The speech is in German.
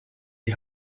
die